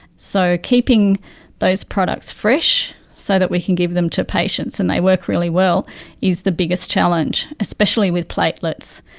so keeping those products fresh so that we can give them to patients and they work really well is the biggest challenge, especially with platelets.